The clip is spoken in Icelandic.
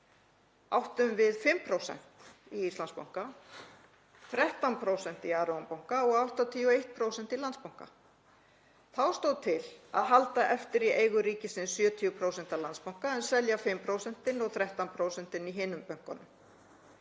áttum við 5% í Íslandsbanka, 13% í Arion banka og 81% í Landsbanka. Þá stóð til að halda eftir í eigu ríkisins 70% af Landsbanka en selja 5% og 13% í hinum bönkunum.